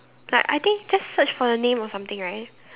like I think just search for the name or something right